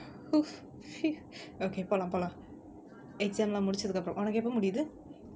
!oof! phew okay போலாம் போலாம்:polaam polaam exam எல்லாம் முடிச்சதுகப்பரம் உனக்கு எப்ப முடியிது:ellam mudichathukkapparam unakku eppa mudiyithu